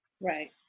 Right